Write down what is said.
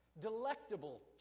Delectable